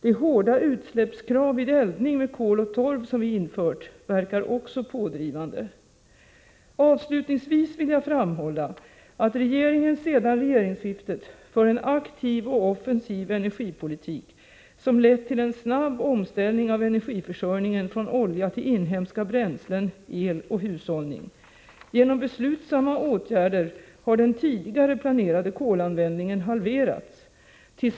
De hårda utsläppskrav vid eldning med kol och torv som vi infört verkar också pådrivande. Avslutningsvis vill jag framhålla att regeringen sedan regeringsskiftet för en aktiv och offensiv energipolitik som lett till en snabb omställning av energiförsörjningen från olja till inhemska bränslen och el samt till hushållning. Genom beslutsamma åtgärder har den tidigare planerade kolanvändningen halverats.